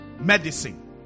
medicine